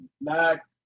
Next